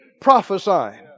prophesying